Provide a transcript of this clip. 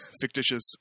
fictitious